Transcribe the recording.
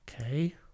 okay